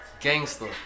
Gangster